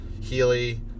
Healy